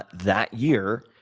but that year,